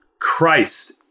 Christ